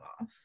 off